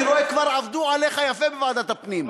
אני רואה שכבר עבדו עליך יפה בוועדת הפנים,